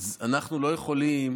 אנחנו לא יכולים